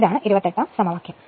ഇതാണ് 20ാം സമവാക്യം